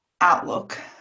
outlook